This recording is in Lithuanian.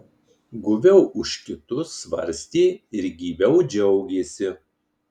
guviau už kitus svarstė ir gyviau džiaugėsi